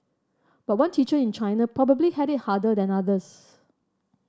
but one teacher in China probably had it harder than others